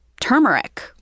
turmeric